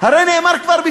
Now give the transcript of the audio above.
הרי נאמר כבר,